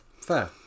Fair